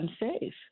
unsafe